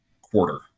quarter